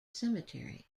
cemetery